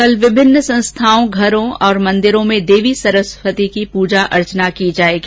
कल विभिन्न संस्थाओं घरों और मंन्दिरों में देवी सरस्वती की पूजा अर्चना की जायेगी